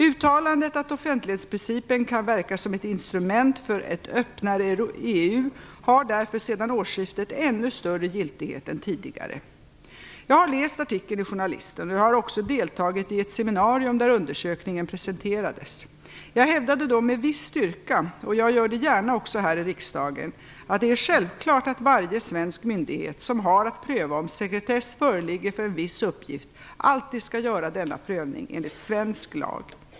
Uttalandet att offentlighetsprincipen kan verka som ett instrument för ett öppnare EU har därför sedan årsskiftet ännu större giltighet än tidigare. Jag har läst artikeln i Journalisten och jag har också deltagit i ett seminarium där undersökningen presenterades. Jag hävdade då med viss styrka, och jag gör det gärna också här i riksdagen, att det är självklart att varje svensk myndighet som har att pröva om sekretess föreligger för en viss uppgift alltid skall göra denna prövning enligt svensk lag.